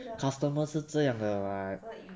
customer 是这样的 lah